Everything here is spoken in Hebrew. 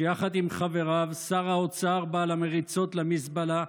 שיחד עם חבריו, שר האוצר, בעל המריצות למזבלה,